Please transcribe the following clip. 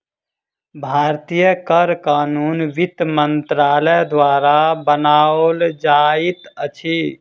भारतीय कर कानून वित्त मंत्रालय द्वारा बनाओल जाइत अछि